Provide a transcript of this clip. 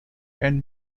and